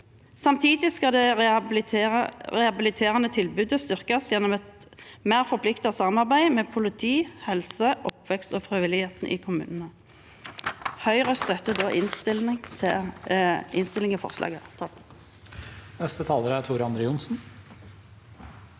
Samtidig skal det rehabiliterende tilbudet styrkes gjennom et mer forpliktende samarbeid mellom politi, helse, oppvekst og frivilligheten i kommunene. Høyre støtter innstillingen til saken. Tor André Johnsen